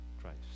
Christ